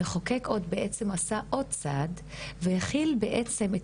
המחוקק בעצם עשה עוד צעד והחיל בעצם את